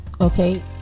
okay